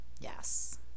Yes